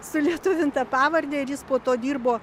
sulietuvintą pavardę ir jis po to dirbo